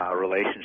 relationship